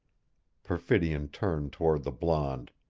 perfidion turned toward the blonde.